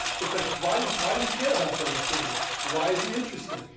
it's like, why do why do we care about bernie sanders? why is he interesting,